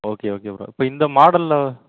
okay okay bro இப்போ இந்த மாடல்ல